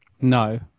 No